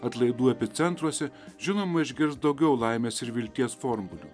atlaidų epicentruose žinoma išgirs daugiau laimės ir vilties formulių